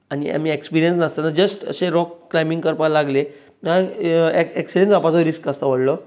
आनी आमी एक्सपिरियंस नासतना जस्ट अशे रॉक क्लायबींग करपाक लागले एक्सीडेंट जावपाचोय रिस्क आसता व्हडलो